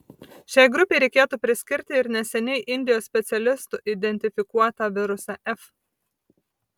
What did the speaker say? šiai grupei reikėtų priskirti ir neseniai indijos specialistų identifikuotą virusą f